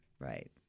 right